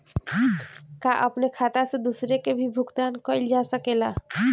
का अपने खाता से दूसरे के भी भुगतान कइल जा सके ला?